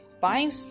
buying